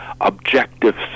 objective